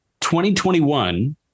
2021